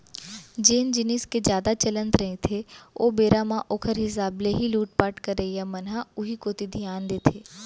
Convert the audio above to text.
जेन जिनिस के जादा चलन रहिथे ओ बेरा म ओखर हिसाब ले ही लुटपाट करइया मन ह उही कोती धियान देथे